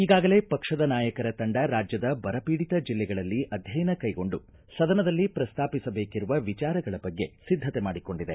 ಈಗಾಗಲೇ ಪಕ್ಷದ ನಾಯಕರ ತಂಡ ರಾಜ್ಯದ ಬರ ಪೀಡಿತ ಜಿಲ್ಲೆಗಳಲ್ಲಿ ಅಧ್ಯಯನ ಕೈಗೊಂಡು ಸದನದಲ್ಲಿ ಪ್ರಸ್ತಾಪಿಸಬೇಕಿರುವ ವಿಚಾರಗಳ ಬಗ್ಗೆ ಸಿದ್ಧತೆ ಮಾಡಿಕೊಂಡಿದೆ